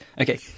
Okay